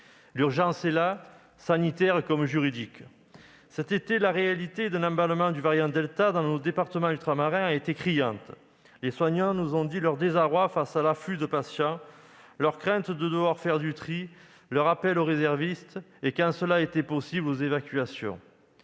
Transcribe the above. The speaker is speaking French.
L'urgence est là, sanitaire comme juridique. Cet été, la réalité d'un emballement du variant delta dans nos départements ultramarins a été criante. Les soignants nous ont fait part de leur désarroi face à l'afflux de patients, de leur crainte de devoir faire du tri, de leurs appels aux réservistes et, quand cela était possible, aux évacuations.